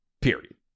period